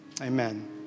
Amen